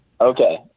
Okay